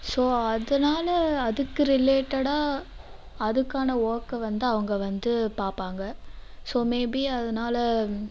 so அதனால அதுக்கு ரிலேட்டட்டாக அதுக்கான ஒர்க்கை வந்து அவங்க வந்து பார்ப்பாங்க ஸோ மே பி அதனால